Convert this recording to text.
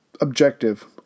objective